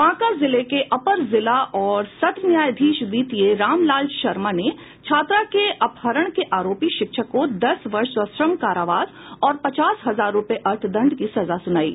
बांका जिले के अपर जिला और सत्र न्यायाधीश द्वितीय राम लाल शम्प्र ने छात्रा के अपहरण के आरोपी शिक्षक को दस वर्ष सश्रम कारावास और पचास हजार रूपये अर्थदंड की सजा सुनायी